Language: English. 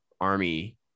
army